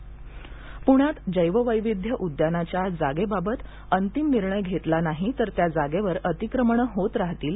फडणवीस प्रण्यात जैववैविध्य उद्यानाच्या जागेबाबत अंतिम निर्णय घेतला नाही तर त्या जागेवर अतिक्रमणे होत राहतील